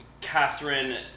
Catherine